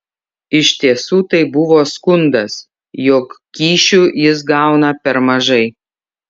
iš tiesų tai buvo skundas jog kyšių jis gauna per mažai